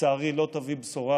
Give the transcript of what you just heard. לצערי לא תביא בשורה.